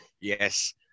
yes